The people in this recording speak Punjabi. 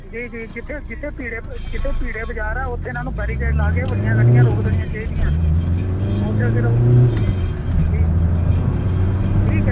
ਜੀ ਜੀ ਜਿੱਥੇ ਜਿੱਥੇ ਭੀੜੇ ਜਿੱਥੇ ਭੀੜੇ ਬਜ਼ਾਰ ਆ ਉੱਥੇ ਇਹਨਾਂ ਨੂੰ ਬੈਰੀਕੇਡ ਲਾ ਕੇ ਵੱਡੀਆਂ ਗੱਡੀਆਂ ਰੋਕ ਦੇਣੀਆਂ ਚਾਹੀਦੀਆਂ ਉੱਥੇ ਸਿਰਫ ਠੀਕ ਹੈ ਚਲੋ ਠੀਕ ਹੈ